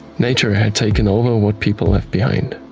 nature had taken over what people left behind